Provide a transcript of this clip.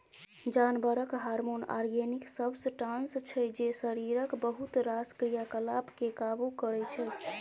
जानबरक hormone organic substance छै जे शरीरक बहुत रास क्रियाकलाप केँ काबु करय छै